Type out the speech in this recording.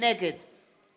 נגד